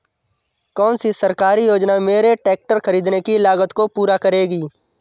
कौन सी सरकारी योजना मेरे ट्रैक्टर ख़रीदने की लागत को पूरा करेगी?